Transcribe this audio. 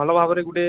ଭଲ ଭାବରେ ଗୋଟେ